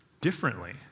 differently